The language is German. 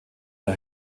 der